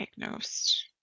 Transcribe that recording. diagnosed